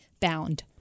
Bound